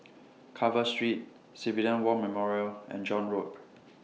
Carver Street Civilian War Memorial and John Road